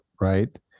Right